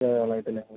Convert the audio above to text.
okay